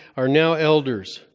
are now elders,